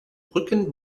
brücken